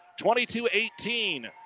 22-18